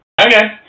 Okay